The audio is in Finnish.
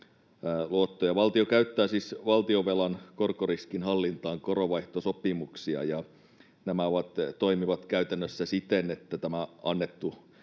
Valtio käyttää siis valtionvelan korkoriskin hallintaan koronvaihtosopimuksia, ja nämä toimivat käytännössä siten, että tämä valtion